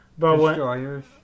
Destroyers